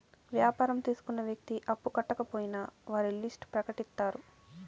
వ్యాపారం తీసుకున్న వ్యక్తి అప్పు కట్టకపోయినా వారి లిస్ట్ ప్రకటిత్తారు